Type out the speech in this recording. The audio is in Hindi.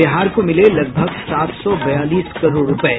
बिहार को मिले लगभग सात सौ बयालीस करोड़ रुपये